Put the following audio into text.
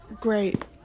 Great